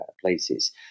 places